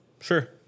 Sure